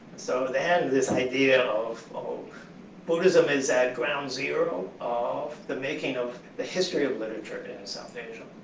so then, this idea of of buddhism is at ground zero of the making of the history of literature in south asia.